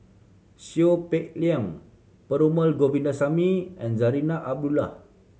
Seow Peck Leng Perumal Govindaswamy and Zarinah Abdullah